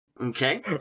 Okay